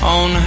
on